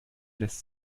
lässt